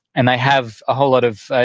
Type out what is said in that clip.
and they have a whole lot of,